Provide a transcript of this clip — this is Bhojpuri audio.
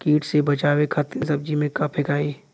कीट से बचावे खातिन सब्जी में का फेकाई?